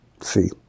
see